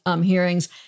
hearings